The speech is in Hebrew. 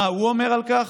מה הוא אומר על כך?